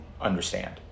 understand